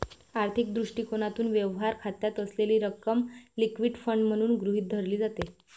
आर्थिक दृष्टिकोनातून, व्यवहार खात्यात असलेली रक्कम लिक्विड फंड म्हणून गृहीत धरली जाते